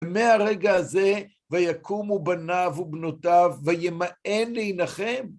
ומהרגע הזה, ויקומו בניו ובנותיו, וימאן להנחם.